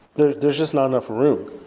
there's there's just not enough room.